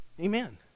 Amen